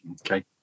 Okay